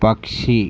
పక్షి